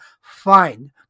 fine